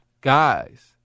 guys